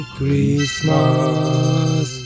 Christmas